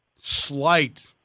slight